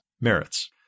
merits